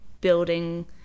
building